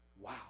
Wow